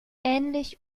ähnlich